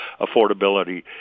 affordability